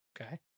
Okay